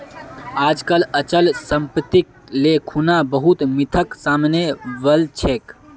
आजकल अचल सम्पत्तिक ले खुना बहुत मिथक सामने वल छेक